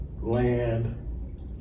land